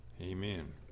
Amen